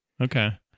Okay